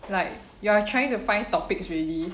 like you are trying to find topics really